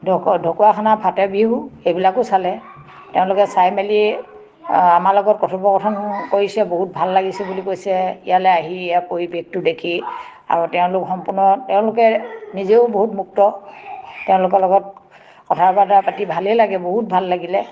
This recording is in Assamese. ঢকুৱাখানা ফাতে বিহু এইবিলাকো চালে তেওঁলোকে চাই মেলি আমাৰ লগত কথোপকথন কৰিছে বহুত ভাল লাগিছে বুলি কৈছে ইয়ালে আহি ইয়াৰ পৰিৱেশটো দেখি আৰু তেওঁলোক সম্পূৰ্ণ তেওঁলোকে নিজেও বহুত মুক্ত তেওঁলোকৰ লগত কথা বতৰা পাতি ভালেই লাগে বহুত ভাল লাগিলে